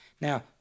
Now